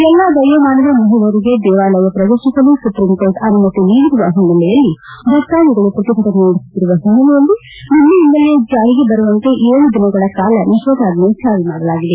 ಎಲ್ಲ ವಯೋಮಾನದ ಮಹಿಳೆಯರಿಗೆ ದೇವಾಲಯ ಪ್ರವೇಶಿಸಲು ಸುಪ್ರೀಂಕೋರ್ಟ್ ಅನುಮತಿ ನೀಡಿರುವ ಹಿನ್ನೆಲೆಯಲ್ಲಿ ಭಕ್ತಾಧಿಗಳು ಪ್ರತಿಭಟನೆ ನಡೆಸುತ್ತಿರುವ ಹಿನ್ನೆಲೆಯಲ್ಲಿ ನಿನ್ನೆಯಿಂದಲೇ ಜಾರಿಗೆ ಬರುವಂತೆ ಏಳು ದಿನಗಳ ಕಾಲ ನಿಷೇಧಾಜ್ಞೆ ಜಾರಿ ಮಾಡಲಾಗಿದೆ